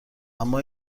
اما